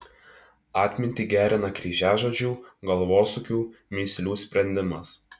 atmintį gerina kryžiažodžių galvosūkių mįslių sprendimas